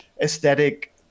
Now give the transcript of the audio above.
aesthetic